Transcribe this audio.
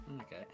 Okay